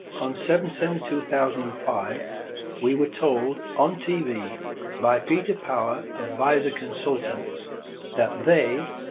on seven seven two thousand and five we were told on tv by peter power of visor consultants that they,